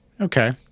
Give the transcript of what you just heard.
Okay